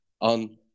on